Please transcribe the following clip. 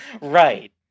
Right